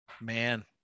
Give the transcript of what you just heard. Man